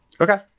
Okay